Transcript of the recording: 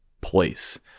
place